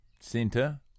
Center